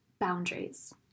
boundaries